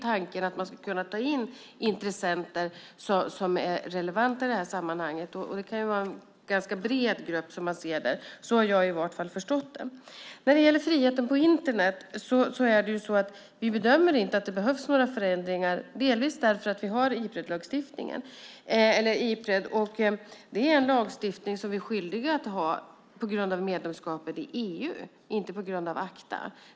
Tanken är att man ska kunna ta in intressenter som är relevanta i sammanhanget. Det kan vara en ganska bred grupp som man ser det. Så har i varje fall jag förstått det. När det gäller friheten på Internet bedömer vi inte att det behövs några förändringar delvis därför att vi har Ipred. Det är en lagstiftning som vi är skyldiga att ha på grund av medlemskapet i EU och inte på grund av ACTA.